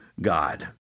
God